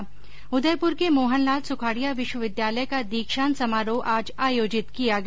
्र उदयपुर के मोहनलाल सुखाड़िया विश्वविद्यालय का दीक्षांत समारोह आज आयोजित किया गया